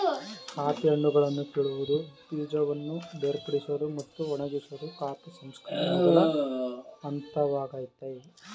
coffee ಹಣ್ಣುಗಳನ್ನು ಕೀಳುವುದು ಬೀಜವನ್ನು ಬೇರ್ಪಡಿಸೋದು ಮತ್ತು ಒಣಗಿಸೋದು ಕಾಫಿ ಸಂಸ್ಕರಣೆಯ ಮೊದಲ ಹಂತವಾಗಯ್ತೆ